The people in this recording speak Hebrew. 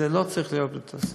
זה לא צריך להיות בתוספת,